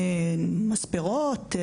מספרות,